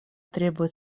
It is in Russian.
требует